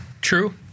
True